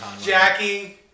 Jackie